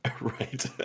Right